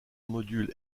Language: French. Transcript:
module